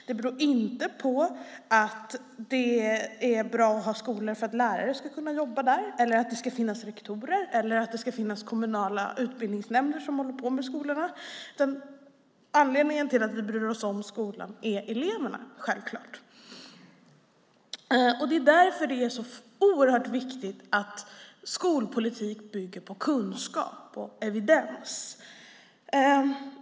Det beror inte på att det är bra att ha skolor för att lärare ska kunna jobba där eller att det ska finnas rektorer eller kommunala utbildningsnämnder som håller på med skolorna. Anledningen till att vi bryr oss om skolan är självklart eleverna. Det är därför det är så oerhört viktigt att skolpolitik bygger på kunskap och evidens.